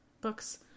books